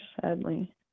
Sadly